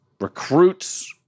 recruits